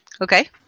Okay